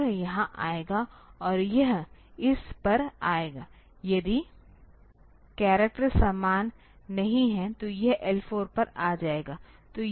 यह यहाँ आएगा और यह इस पर आएगा यदि करैक्ट समान नहीं हैं तो यह L 4 पर आ जाएगा